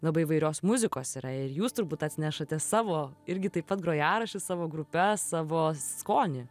labai įvairios muzikos yra ir jūs turbūt atnešate savo irgi taip pat grojaraščius savo grupes savo skonį